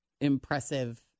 impressive